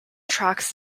tracks